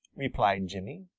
replied jimmy.